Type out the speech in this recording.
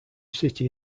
city